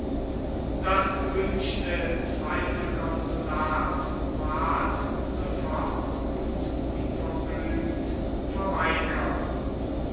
das gewünschte zweite konsulat ward sofort und unverblümt verweigert